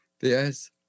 Yes